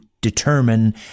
determine